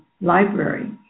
Library